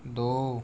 ਦੋ